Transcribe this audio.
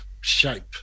shape